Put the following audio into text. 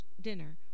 dinner